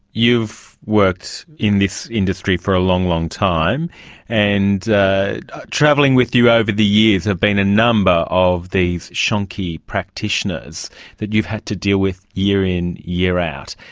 you've worked in this industry for a long, long time and travelling with you over the years have been a number of these shonky practitioners that you've had to deal with, year in, year out.